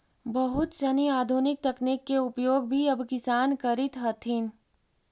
बहुत सनी आधुनिक तकनीक के उपयोग भी अब किसान करित हथिन